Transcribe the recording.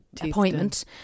appointment